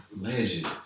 Legend